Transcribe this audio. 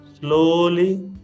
Slowly